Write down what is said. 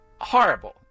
Horrible